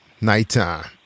Nighttime